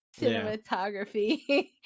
cinematography